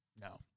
No